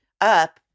up